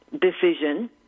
decision